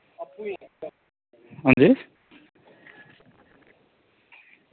अंजी